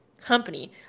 company